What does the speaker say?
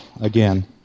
again